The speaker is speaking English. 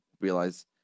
realize